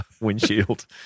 windshield